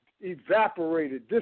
evaporated